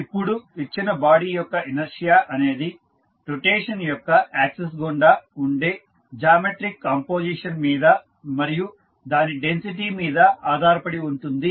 ఇప్పుడు ఇచ్చిన బాడీ యొక్క ఇనర్షియా అనేది రొటేషన్ యొక్క యాక్సిస్ గుండా ఉండే జామెట్రిక్ కంపోజిషన్ మీద మరియు దాని డెన్సిటీ మీద ఆధారపడి ఉంటుంది